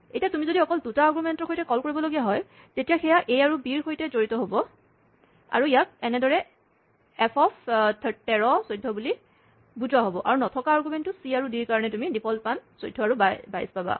এতিয়া তুমি যদি অকল দুটা আৰগুমেন্টৰ সৈতে কল কৰিব লগা হয় তেতিয়া সেয়া এ আৰু বিৰ সৈতে জড়িত হ'ব আৰু ইয়াক এনেদৰে এফ ১৩ ১২ বুলি বুজোৱা হ'ব আৰু নথকা আৰগুমেন্ট চি আৰু ডি ৰ কাৰণে তুমি ডিফল্ট মান ১৪ আৰু ২২ পাবা